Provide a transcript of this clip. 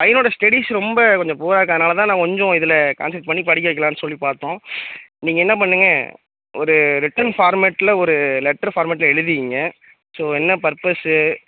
பையனோட ஸ்டடீஸ் ரொம்ப கொஞ்சம் புவராக இருக்கிறதுனால நான் கொஞ்சம் இதில் காண்சன்ட்ரேட் பண்ணி படிக்க வைக்கலாம்ன்னு சொல்லி பார்த்தோம் நீங்கள் என்ன பண்ணுங்கள் ஒரு ரிட்டன் ஃபார்மட்டில் ஒரு லெட்டர் ஃபார்மட்ல எழுதிக்கிங்க ஸோ என்ன பர்பஸ்சு